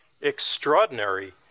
extraordinary